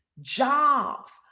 jobs